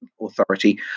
authority